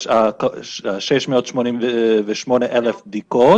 יש 688,000 בדיקות,